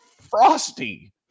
frosty